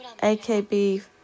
AKB